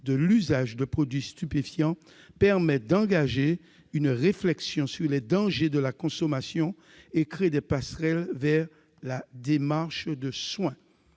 de l'usage de produits stupéfiants permet d'engager une réflexion sur les dangers de la consommation et crée des passerelles vers la démarche de soins.